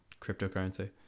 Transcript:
cryptocurrency